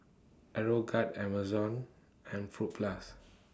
Aeroguard Amazon and Fruit Plus